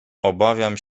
obawiam